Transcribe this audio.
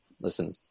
listen